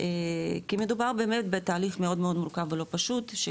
כי מדובר באמת בתהליך מאוד מאוד מורכב ולא פשוט.